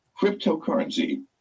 Cryptocurrency